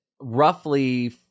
roughly